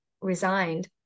resigned